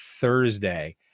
Thursday